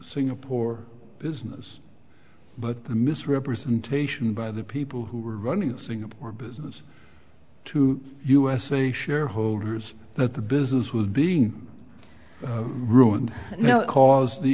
singapore business but the misrepresentation by the people who were running singapore business to usa shareholders that the business was being ruined and no cause the